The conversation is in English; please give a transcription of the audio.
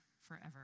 forever